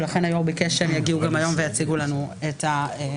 ולכן היו"ר ביקש שהם יגיעו גם היום ויציגו לנו את העמדה.